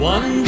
One